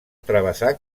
travessar